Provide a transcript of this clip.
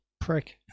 Prick